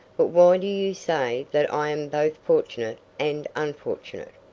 but why do you say that i am both fortunate and unfortunate?